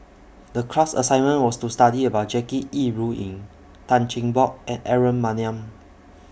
The class assignment was to study about Jackie Yi Ru Ying Tan Cheng Bock and Aaron Maniam